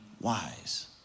wise